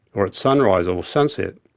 or at sunrise and sunset.